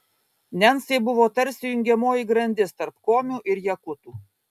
nencai buvo tarsi jungiamoji grandis tarp komių ir jakutų